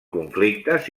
conflictes